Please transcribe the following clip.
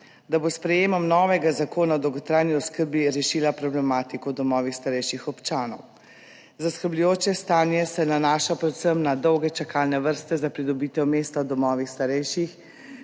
da bo s sprejemom novega zakona o dolgotrajni oskrbi rešila problematiko v domovih starejših občanov. Zaskrbljujoče stanje se nanaša predvsem na dolge čakalne vrste za pridobitev mesta v domovih starejših,